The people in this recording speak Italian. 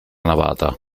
navata